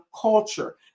culture